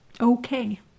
Okay